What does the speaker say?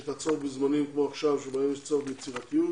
יש צורך בזמנים כמו עכשיו כאשר יש צורך ביצירתיות